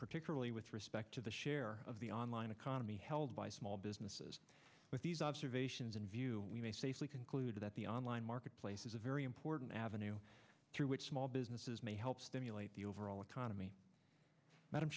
particularly with respect to the share of the online economy held by small businesses with these observations in view we may safely conclude that the online marketplace is a very important avenue through which small businesses may help stimulate the overall economy